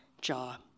jaw